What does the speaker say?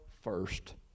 first